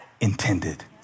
intended